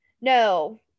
No